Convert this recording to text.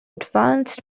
advanced